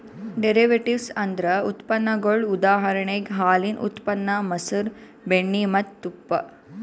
derivatives ಅಂದ್ರ ಉತ್ಪನ್ನಗೊಳ್ ಉದಾಹರಣೆಗ್ ಹಾಲಿನ್ ಉತ್ಪನ್ನ ಮಸರ್, ಬೆಣ್ಣಿ ಮತ್ತ್ ತುಪ್ಪ